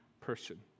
person